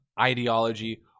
ideology